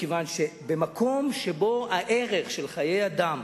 מכיוון שבמקום שבו הערך של חיי אדם